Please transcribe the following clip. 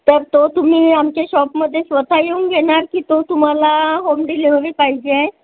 तर तो तुम्ही आमच्या शॉपमध्ये स्वतः येऊन घेणार की तो तुम्हाला होम डिलिव्हरी पाहिजे आहे